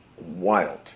wild